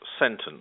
sentence